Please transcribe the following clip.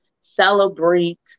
celebrate